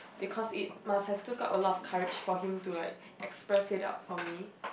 because it must have took up a lot of courage for him to like express it out for me